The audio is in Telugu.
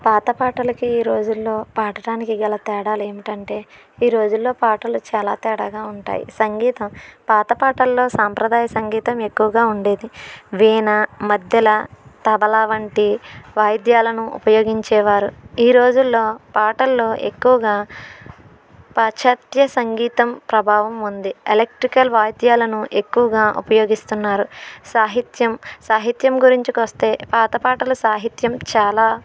పాత పాటలకి ఈ రోజుల్లో పాడటానికి గల తేడాలు ఏమిటంటే ఈరోజుల్లో పాటలు చాలా తేడాగా ఉంటాయి సంగీతం పాత పాటల్లో సాంప్రదాయ సంగీతం ఎక్కువగా ఉండేది వీణ మద్దెల తబలా వంటి వాయిద్యాలను ఉపయోగించేవారు ఈరోజుల్లో పాటల్లో ఎక్కువగా పాశ్చత్య సంగీతం ప్రభావం ఉంది ఎలక్ట్రికల్ వాయిద్యాలను ఎక్కువగా ఉపయోగిస్తున్నారు సాహిత్యం సాహిత్యం గురించి వస్తే పాత పాటలు సాహిత్యం చాలా